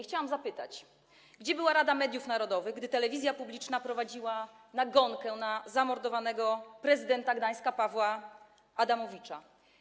Chciałabym zapytać, gdzie była Rada Mediów Narodowych, gdy telewizja publiczna prowadziła nagonkę na zamordowanego prezydenta Gdańska Pawła Adamowicza?